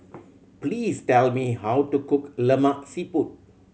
please tell me how to cook Lemak Siput